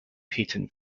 patent